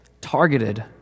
targeted